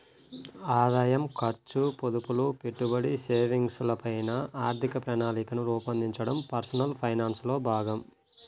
ఆదాయం, ఖర్చు, పొదుపులు, పెట్టుబడి, సేవింగ్స్ ల పైన ఆర్థిక ప్రణాళికను రూపొందించడం పర్సనల్ ఫైనాన్స్ లో భాగం